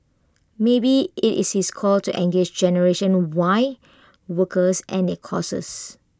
maybe IT is his call to engage generation Y workers and their causes